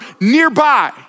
nearby